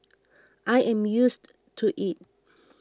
I am used to it